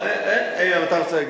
למען הסר ספק,